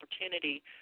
opportunity